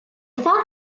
thought